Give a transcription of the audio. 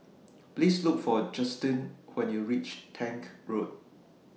Please Look For Justyn when YOU REACH Tank Road